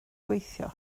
gweithio